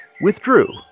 withdrew